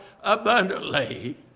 abundantly